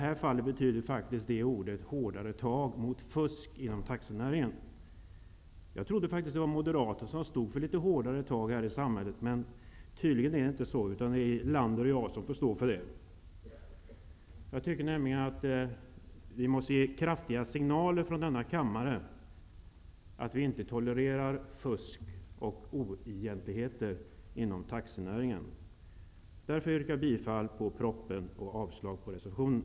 Här betyder det faktiskt hårdare tag mot fusk inom taxinäringen. Jag trodde att Moderaterna stod för litet hårdare tag här i samhället. Tydligen är det inte så, utan det är Jarl Lander och jag som får stå för det. Vi måste ge kraftiga signaler från denna kammare att vi inte tolererar fusk och oegentligheter inom taxinäringen. Därför yrkar jag bifall till propositionen och avslag på reservationen.